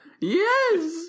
yes